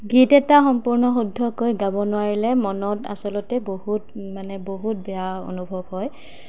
গীত এটা সম্পূৰ্ণ শুদ্ধকৈ গাব নোৱাৰিলে মনত আচলতে বহুত মানে বহুত বেয়া অনুভৱ হয়